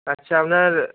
আচ্ছা আপনার